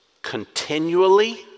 continually